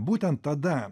būtent tada